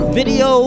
video